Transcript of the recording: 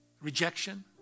Rejection